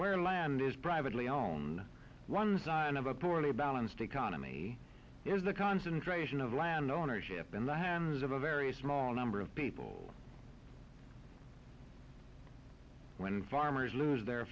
where land is privately owned one sign of a poorly balanced economy is the concentration of land ownership in the hands of a very small number of people when farmers lose their